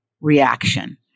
reaction